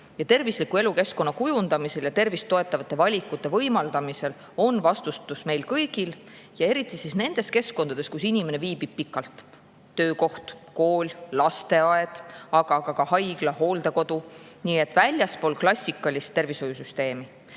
tervisliku elukeskkonna kujundamisel ja tervist toetavate valikute võimaldamisel on vastutus meil kõigil, ja eriti nendes keskkondades, kus inimene viibib pikalt: töökoht, kool, lasteaed, aga ka haigla ja hooldekodu. Nii et [vastutus kehtib ka] väljaspool klassikalist tervishoiusüsteemi.